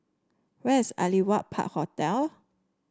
where is Aliwal Park Hotel